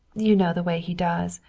you know the way he does.